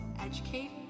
educate